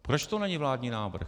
Proč to není vládní návrh?